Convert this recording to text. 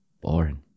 Boring